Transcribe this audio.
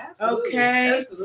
Okay